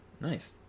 Nice